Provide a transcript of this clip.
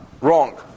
Wrong